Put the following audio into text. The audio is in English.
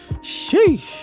Sheesh